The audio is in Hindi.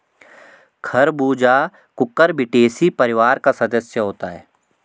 खरबूजा कुकुरबिटेसी परिवार का सदस्य होता है